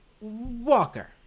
Walker